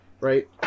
right